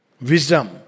wisdom